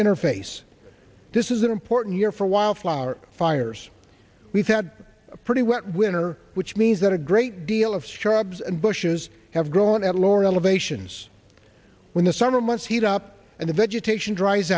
interface this is an important year for wildflowers fires we've had a pretty wet winter which means that a great deal of xargs and bushes have grown at lower elevations when the summer months heat up and the vegetation dries